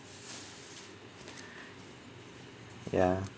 ya